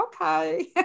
okay